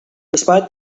despite